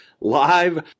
live